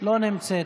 לא נמצאת.